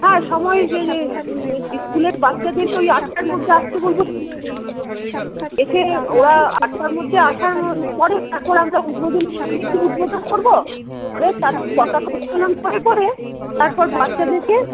হ্যাঁ সময় স্কুলের বাচ্চাদেরকে ওই আটটার মধ্যে আসতে বলবো এসে ওরা আটটার মধ্যে আসার পরে তারপর আমরা উদ্বোধনী সঙ্গীত উদ্বোধন করবো করে তারপর পতাকা উত্তোলন করে করে তারপর বাচ্চাদেরকে